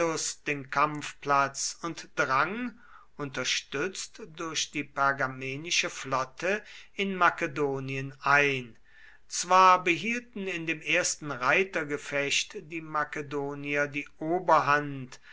den kampfplatz und drang unterstützt durch die pergamenische flotte in makedonien ein zwar behielten in dem ersten reitergefecht die makedonier die oberhand